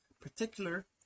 particular